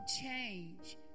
change